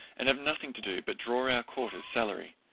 and have nothing to do but draw our quarter's salary.